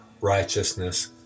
righteousness